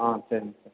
ஆ சரிங்க சார்